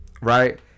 right